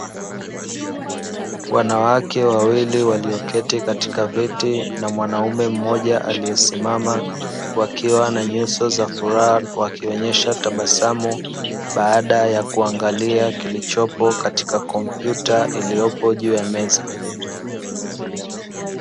Wanawake wawili walioketi katika viti na mwanaume mmoja aliyesimama, wakiwa na nyuso za furaha wakionyesha tabasamu baada ya kuangalia kilichopo katika kompyuta iliyopo juu ya meza.